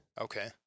Okay